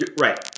Right